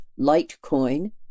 Litecoin